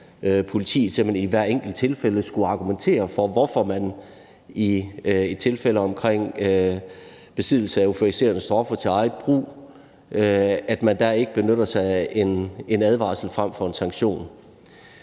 hen i hvert enkelt tilfælde skulle argumentere for, hvorfor man i et tilfælde omkring besiddelse af euforiserende stoffer til eget brug ikke benytter sig af en advarsel frem for en sanktion.